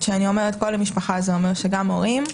כשאני אומרת "כל המשפחה" זה אומר שגם ההורים,